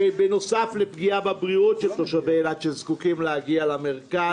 בנוסף לפגיעה בבריאות של תושבי אילת שזקוקים להגיע למרכז.